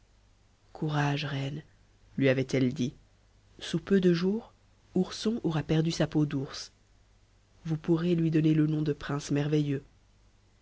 courage reine lui avait-elle dit sous peu de jours ourson aura perdu sa peau d'ours vous pourrez lui donner le nom de prince merveilleux